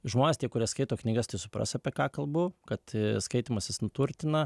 žmonės tie kurie skaito knygas tai supras apie ką kalbu kad skaitymas jis nu turtina